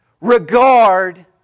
regard